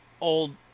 old